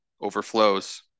overflows